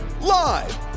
Live